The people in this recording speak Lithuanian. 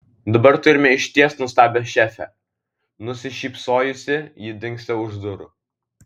dabar turime išties nuostabią šefę nusišypsojusi ji dingsta už durų